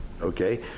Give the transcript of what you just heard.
Okay